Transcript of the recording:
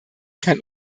kann